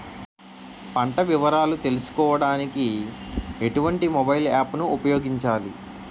పంట వివరాలు తెలుసుకోడానికి ఎటువంటి మొబైల్ యాప్ ను ఉపయోగించాలి?